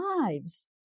lives